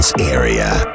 area